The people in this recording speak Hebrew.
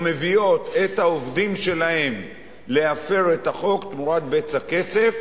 או מביאות את העובדים שלהן להפר את החוק תמורת בצע כסף,